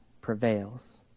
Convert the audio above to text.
prevails